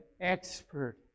expert